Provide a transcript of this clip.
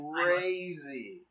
crazy